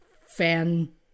fan